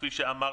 כפי שאמרתי,